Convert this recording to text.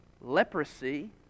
leprosy